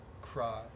cry